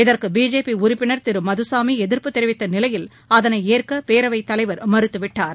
இதற்கு பிஜேபி உறுப்பினர் திரு மதுசாமி எதிர்ப்ப தெரிவித்த நிலையில் அதனை ஏற ்க பேரவைத் தலைவ ர ம றுத்துவிட்டார்